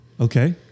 Okay